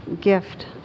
gift